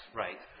right